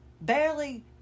barely